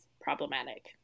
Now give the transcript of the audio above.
problematic